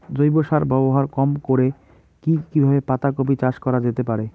জৈব সার ব্যবহার কম করে কি কিভাবে পাতা কপি চাষ করা যেতে পারে?